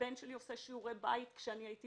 הבן שלי עשה שיעורי בית וכאשר הייתי